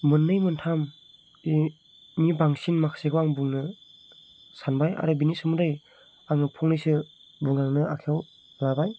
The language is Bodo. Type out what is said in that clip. मोननै मोनथामनि बांसिन माखासेखौ आं बुंनो सानबाय आरो बिनि सोमोन्दै आङो फंनैसो बुंलांनो आखाइआव लाबाय